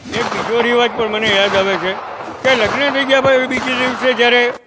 એક બીજો રિવાજ પણ મને યાદ આવે છે કે લગ્ન થઈ જાય બીજે દિવસે જ્યારે